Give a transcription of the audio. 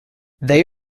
they